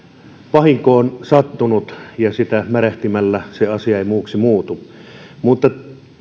vahinko on sattunut ja sitä märehtimällä se asia ei muuksi muutu mutta